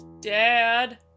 Dad